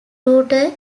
rudder